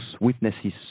witnesses